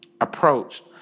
approached –